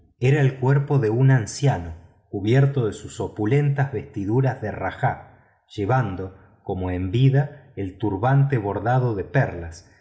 era el cuerpo de un anciano cubierto de sus opulentas vestiduras de rajá llevando como en vida el turbante bordado de perlas